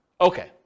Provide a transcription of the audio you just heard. Okay